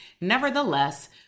Nevertheless